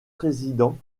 président